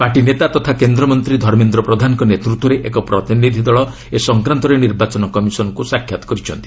party ନେତା ତଥା କେନ୍ଦ୍ରମନ୍ତ୍ର ଧର୍ମେନ୍ଦ୍ର ପ୍ରଧାନଙ୍କ ନେତୃତ୍ୱରେ ଏକ ପ୍ରତିନିଧି ଦଳ ଏ ସଂକ୍ରାନ୍ତରେ ନିର୍ବାଚନ କମିଶନ୍ଙ୍କୁ ସାକ୍ଷାତ୍ କରିଛନ୍ତି